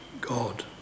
God